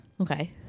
Okay